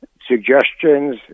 suggestions